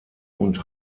und